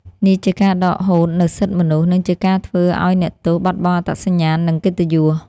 នេះជាការដកហូតនូវសិទ្ធិមនុស្ស និងជាការធ្វើឱ្យអ្នកទោសបាត់បង់អត្តសញ្ញាណ និងកិត្តិយស។